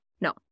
No